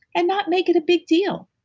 and not make it a big deal.